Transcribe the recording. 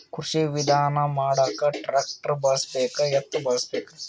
ಕೃಷಿ ವಿಧಾನ ಮಾಡಾಕ ಟ್ಟ್ರ್ಯಾಕ್ಟರ್ ಬಳಸಬೇಕ, ಎತ್ತು ಬಳಸಬೇಕ?